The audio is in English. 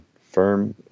firm